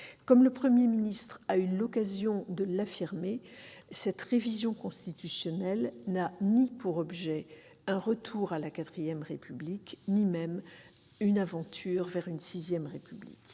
Comme le Premier ministre l'a affirmé, cette révision constitutionnelle n'a pour objet ni un retour à la IVRépublique ni une aventure vers une VIRépublique.